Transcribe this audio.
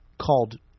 called